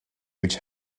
which